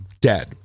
dead